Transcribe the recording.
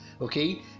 Okay